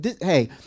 hey